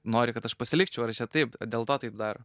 nori kad aš pasilikčiau ar čia taip dėl to taip daro